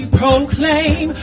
proclaim